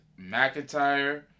McIntyre